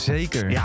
Zeker